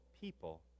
people